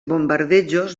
bombardejos